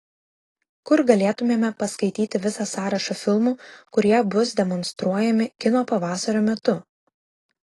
kur galėtumėme paskaityti visą sąrašą filmų kurie bus demonstruojami kino pavasario metu